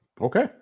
Okay